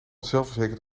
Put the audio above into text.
zelfverzekerd